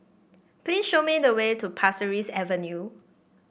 please show me the way to Pasir Ris Avenue